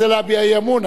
אתה רוצה להביע אי-אמון,